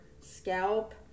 scalp